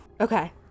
Okay